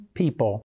people